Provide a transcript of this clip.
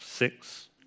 Six